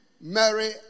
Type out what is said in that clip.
Mary